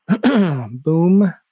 Boom